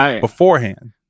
beforehand